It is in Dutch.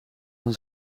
van